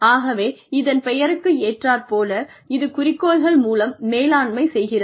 ஆகவே இதன் பெயருக்கு ஏற்றார் போல இது குறிக்கோள்கள் மூலம் மேலாண்மை செய்கிறது